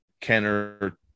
kenner